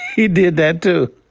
he did that too.